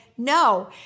No